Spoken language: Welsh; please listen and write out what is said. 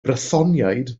brythoniaid